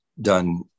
done